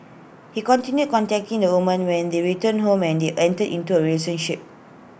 he continued contacting the woman when they returned home and they entered into A relationship